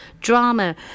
drama